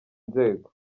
inzego